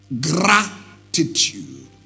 Gratitude